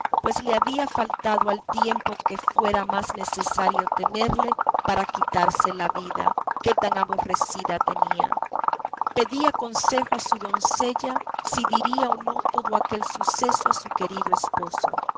pues le había faltado al tiempo que fuera más necesario tenerle para quitarse la vida que tan aborrecida tenía pedía consejo a su doncella si daría o no todo aquel suceso a su querido esposo